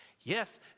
yes